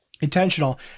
intentional